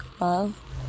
love